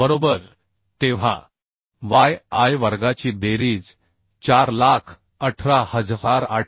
बरोबर तेव्हा y i वर्गाची बेरीज 418877